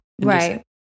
right